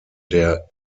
der